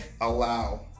allow